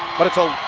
but it's a,